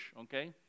okay